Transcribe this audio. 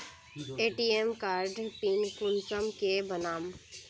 ATM कार्डेर pin कुंसम के बनाम?